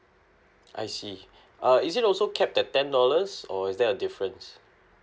I see uh is it also capped at ten dollars or is there a difference